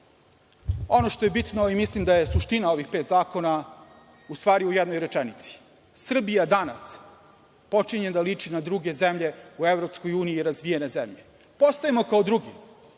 Ono što je bitno, mislim da je suština ovih pet zakona, u stvari je u jednoj rečenici. Srbija danas počinje da liči na druge zemlje u EU, razvijene zemlje. Postajemo kao drugi,